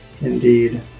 indeed